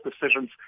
Decisions